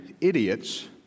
idiots